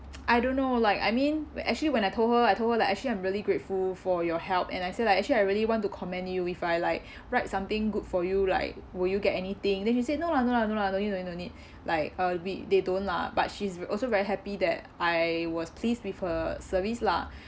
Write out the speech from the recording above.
I don't know like I mean actually when I told her I told her like actually I'm really grateful for your help and I said like actually I really want to commend you if I like write something good for you like will you get anything then she said no lah no lah no lah don't need don't need don't need like uh we they don't lah but she's also very happy that I was pleased with her service lah